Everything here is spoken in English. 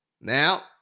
Now